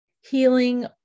Healing